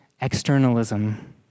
externalism